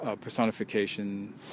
personification